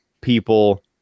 people